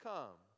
Come